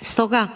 Stoga,